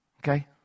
Okay